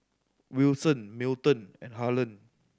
Wilson Milton and Harland